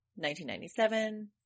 1997